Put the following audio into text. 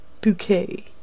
bouquet